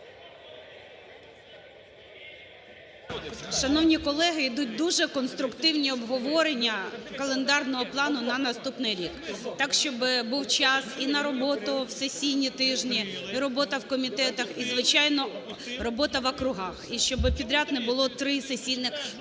Шановні колеги, ідуть дуже конструктивні обговорення календарного плану на наступний рік, так, щоб був час і на роботу в сесійні тижні, і робота у комітетах, і, звичайно, робота в округах, і щоб підряд не було, три сесійних тижні